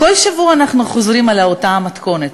כל שבוע אנחנו חוזרים על אותה מתכונת,